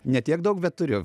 ne tiek daug bet turiu